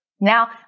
Now